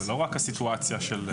זאת לא רק הסיטואציה הזאת.